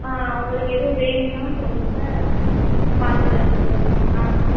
ஆ உங்களுக்கு எதுவும் வேணும்ன்னா சொல்லுங்க பார்த்து தரேன் ஆ